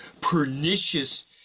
pernicious